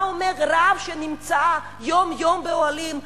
מה אומר רב שנמצא יום-יום באוהלים?